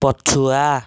ପଛୁଆ